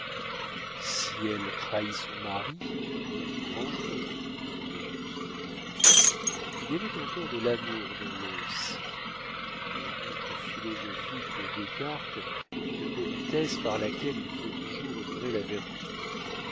si elle trahit son mari nous nous vengerons dit auguste il y avait encore de l'amour dans le si le doute philosophique de descartes est une politesse par laquelle il faut toujours honorer la vertu